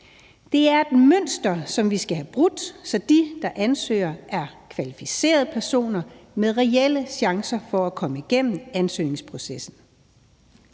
Det er et mønster, som vi skal have brudt, så de, der ansøger, er kvalificerede personer med reelle chancer for at komme igennem ansøgningsprocessen.